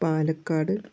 Palakkad